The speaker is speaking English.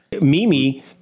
Mimi